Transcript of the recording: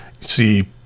see